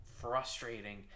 frustrating